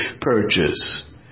purchase